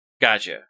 Gotcha